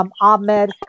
Ahmed